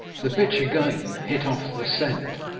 the bitch again hit off the scent,